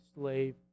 slave